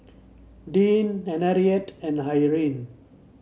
Deann Henriette and Irene